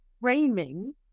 framing